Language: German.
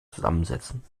zusammensetzen